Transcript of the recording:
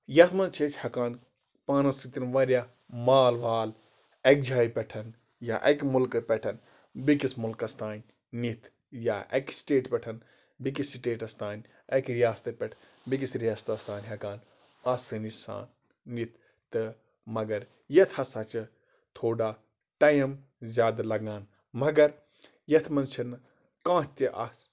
یَتھ منٛز چھِ أسۍ ہٮ۪کان پانَس سۭتۍ واریاہ مال وال اَکہِ جایہِ پٮ۪ٹھ یا اَکہِ مُکلکہٕ پٮ۪ٹھ بیٚیکِس مُلکَس تام نِتھ یا اَکہِ سِٹیٹ پٮ۪ٹھ بیٚیکِس سِٹیٹَس تام اَکہِ رِیاستہٕ پٮ۪ٹھ بیٚیہِ کِس رِِیاستَس تام ہٮ۪کان آسٲنۍ سان نِتھ تہٕ مَگر یَتھ ہسا چھِ تھوڑا ٹایِم زیادٕ لَگان مَگر یَتھ منٛز چھُنہٕ کانہہ تہِ اَس